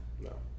No